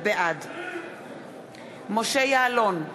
בעד משה יעלון,